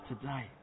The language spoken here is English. today